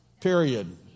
Period